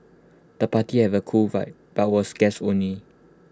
the party had A cool vibe but was guests only